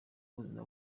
ubuzima